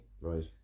Right